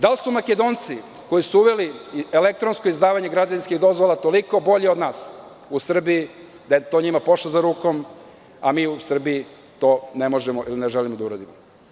Da li su Makedonci koji su uveli elektronsko izdavanje građevinske dozvole toliko bolji od nas u Srbiji, da je to njima pošlo za rukom, a mi to u Srbiji ne možemo ili ne želimo da uradimo.